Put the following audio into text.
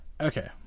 Okay